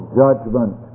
judgment